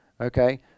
Okay